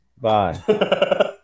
Bye